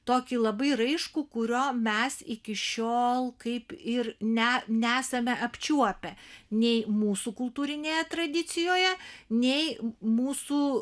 tokį labai raiškų kurio mes iki šiol kaip ir ne nesame apčiuopę nei mūsų kultūrinėje tradicijoje nei mūsų